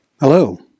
Hello